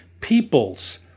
peoples